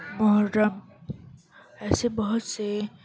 محرم ایسے بہت سے